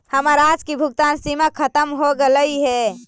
हमर आज की भुगतान सीमा खत्म हो गेलइ